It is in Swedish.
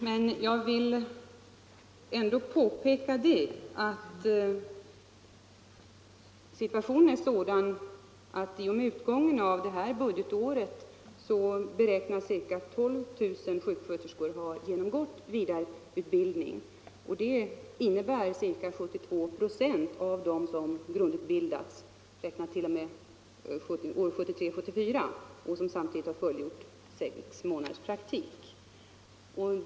Men jag vill ändå påpeka att situationen är sådan att i och med utgången av detta budgetår beräknas ca 12 000 sjuksköterskor ha genomgått vidareutbildning. Detta motsvarar ca 72 procent av dem som grundutbildats t.o.m. år 1973/74 och som samtidigt fullgjort sex månaders praktik.